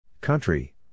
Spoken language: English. Country